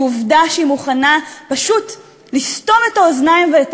שעובדה שהיא מוכנה פשוט לסתום את האוזניים ואת